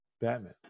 Batman